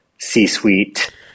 C-suite